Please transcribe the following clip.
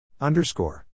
Underscore